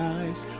eyes